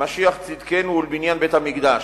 משיח צדקנו ולבניין בית-המקדש,